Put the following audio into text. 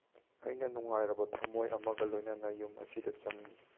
ꯑꯩꯅ ꯅꯨꯡꯉꯥꯏꯔꯕ ꯊꯃꯣꯏ ꯑꯃꯒ ꯂꯣꯏꯅꯅ ꯌꯨꯝ ꯑꯁꯤꯗ ꯆꯪꯉꯤ